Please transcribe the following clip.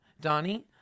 Donnie